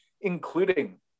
including